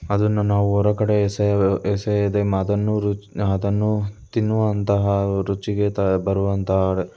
ಅದನ್ನು ನಾವು ಹೊರಗಡೆ ಎಸೆಯ ಎಸೆಯದೆ ಮ ಅದನ್ನು ರುಚಿ ಅದನ್ನು ತಿನ್ನುವಂತಹ ರುಚಿಗೆ ತ ಬರುವಂತೆ